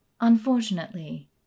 unfortunately